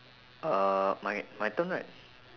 uh my my turn right